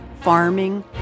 farming